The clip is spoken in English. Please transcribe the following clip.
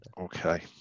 Okay